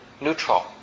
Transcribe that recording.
neutral